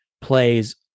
plays